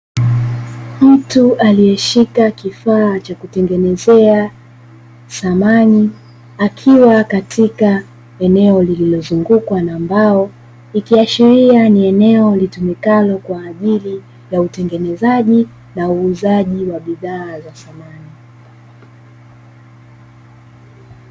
Mtu aliyeshika kifaa cha kutengenezea samani akiwa katika eneo lililozungukwa na mbao ikiashiria ni eneo litumikalo kwa ajili ya utengenezaji na uuzaji wa bidhaa za samani.